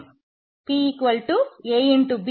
p a